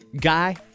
guy